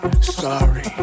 sorry